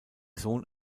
sohn